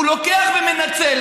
הוא לוקח ומנצל,